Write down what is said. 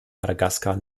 madagaskar